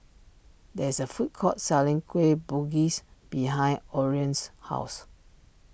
there is a food court selling Kueh Bugis behind Orion's house